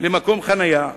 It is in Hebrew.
למקום חנייה